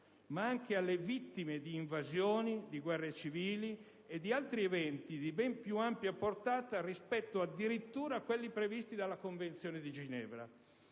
ma anche alle vittime di invasioni, di guerre civili e di altri eventi di ben più ampia portata rispetto, addirittura, a quelli previsti dalla Convenzione di Ginevra.